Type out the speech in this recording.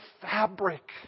fabric